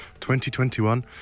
2021